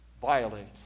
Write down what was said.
violate